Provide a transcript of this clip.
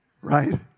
right